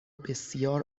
بسیار